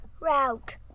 route